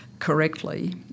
correctly